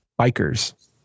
bikers